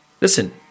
Listen